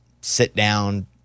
sit-down